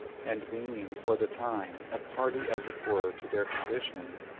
and being, for the time, a party as it were to their condition,